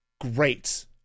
great